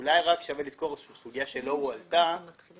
אנחנו בהחלט יכולים